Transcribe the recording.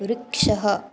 वृक्षः